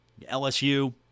LSU –